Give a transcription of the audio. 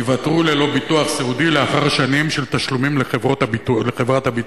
ללא ביטוח סיעודי לאחר שנים של תשלומים לחברות הביטוח.